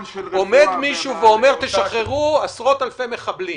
עומד מישהו ואומר: תשחררו עשרות אלפי מחבלים.